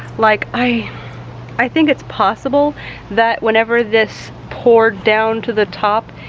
like, i i think it's possible that whenever this poured down to the top,